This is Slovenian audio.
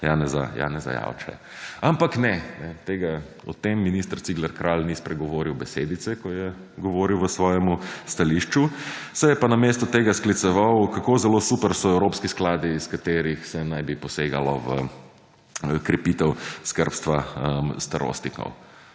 Janeza Janše. Ampak ne, o tem minister Cigler Kralj ni spregovoril besedice, ko je govoril v svojem stališču, se je pa namesto tega skliceval kako zelo super so evropski skladi iz katerih se naj bi posegalo v krepitev skrbstva starostnikov.